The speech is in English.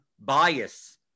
bias